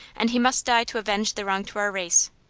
and he must die to avenge the wrong to our race.